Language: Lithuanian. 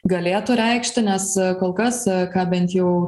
galėtų reikšti nes kol kas ką bent jau